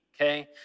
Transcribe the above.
okay